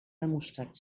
demostrat